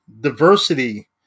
diversity